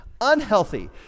unhealthy